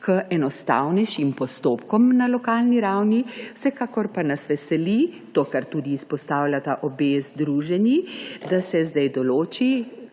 k enostavnejšim postopkom na lokalni ravni. Vsekakor pa nas veseli to, kar tudi izpostavljata obe združenji – da se zdaj določi,